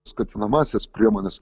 skatinamąsias priemones